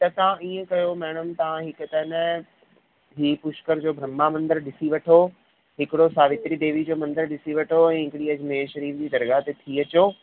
त तव्हां इअं कयो मैडम तव्हां हिकु त न ई पुश्कर जो ब्रह्मा मंदरु ॾिसी वठो हिकिड़ो सावित्री देवीअ जो मंदरु ॾिसी वठो ऐं हिकिड़ी अजमेर श्री जी दरगाह ते थी अचो